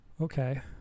Okay